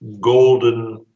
Golden